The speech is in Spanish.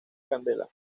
candela